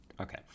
Okay